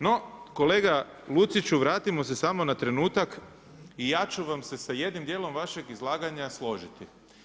No kolega Luciću vratimo se samo na trenutak i ja ću vam se sa jednim dijelom vašeg izlaganja složiti.